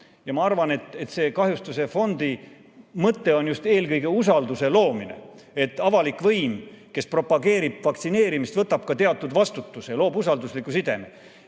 Ja ma arvan, et selle kahjustuste fondi mõte on just eelkõige usalduse loomine: avalik võim, kes propageerib vaktsineerimist, võtab ka teatud vastutuse, loob usaldusliku sideme.